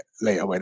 later